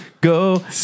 go